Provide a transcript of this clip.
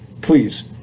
Please